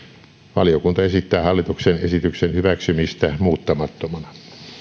valiokunta esittää hallituksen esityksen hyväksymistä muuttamattomana